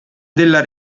della